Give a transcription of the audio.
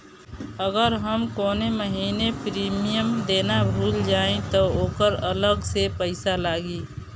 अगर हम कौने महीने प्रीमियम देना भूल जाई त ओकर अलग से पईसा लागी?